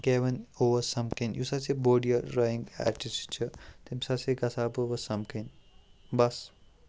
کیوِن اوس سَمکھٕنۍ یُس ہاسے بوٚڈ یہِ ڈرٛایِنٛگ آرٹِسٹ چھِ تٔمِس ہاسے گژھٕ ہا بہٕ وۄنۍ سَمکھٕنۍ بَس